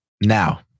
Now